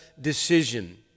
decision